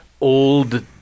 old